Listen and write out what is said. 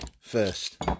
first